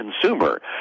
consumer